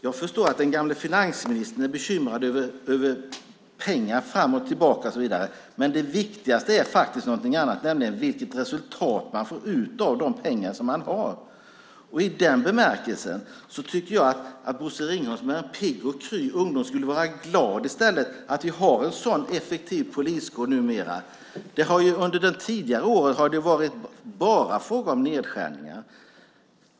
Jag förstår att den gamle finansministern är bekymrad över pengar fram och tillbaka och så vidare. Men viktigast är någonting annat, nämligen vad man får ut av de pengar som man har. I den bemärkelsen tycker jag att Bosse Ringholm som är en pigg och kry ungdom i stället skulle vara glad över att vi numera har en så effektiv poliskår. Under tidigare år var det ju bara fråga om nedskärningar.